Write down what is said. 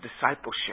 discipleship